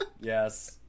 yes